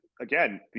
again